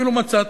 אפילו מצאתי.